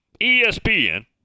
ESPN